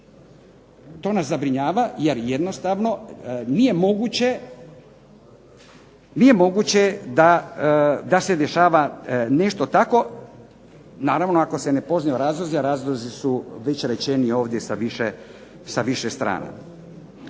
To nas zabrinjava jer jednostavno nije moguće da se dešava nešto tako, naravno ako se ne poznaju razlozi, a razlozi su već rečeni ovdje sa više strana.